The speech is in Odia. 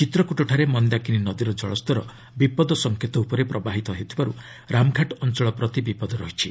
ଚିତ୍ରକ୍ତଟଠାରେ ମନ୍ଦାକିନୀ ନଦୀର ଜଳସ୍ତର ବିପଦ ସଙ୍କେତ ଉପରେ ପ୍ରବାହିତ ହେଉଥିବାରୁ ରାମଘାଟ ଅଞ୍ଚଳ ପ୍ରତି ବିପଦ ରହିଛି